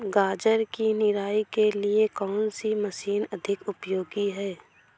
गाजर की निराई के लिए कौन सी मशीन अधिक उपयोगी है?